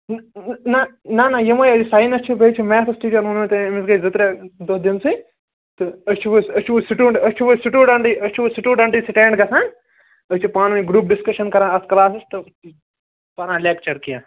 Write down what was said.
إں نہ نہ نہ یِمٕے ٲسۍ سایِنَس چھُ بیٚیہِ چھُ میتھٕس ٹیٖچر ووٚنمو تۄہہِ أمِس گٔے زٕ ترٛےٚ دۄہ دِنسٕے تہٕ أسۍ چھِ وۅنۍ أسۍ چھِ وۅنۍ سِٹوٗ أسۍ چھِ وۅنۍ سٹوٗڈَنٛٹٕے أسۍ چھُ وۅںۍ سٹوٗڈنٛٹٕے سِٹیٚنٛڈ گَژھان أسۍ چھِ پانہٕ وٲنۍ گُروٗپ ڈِسکَشن کَران اتھ کٕلاسس تہٕ پَران لیٚکچر کیٚنٛہہ